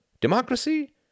Democracy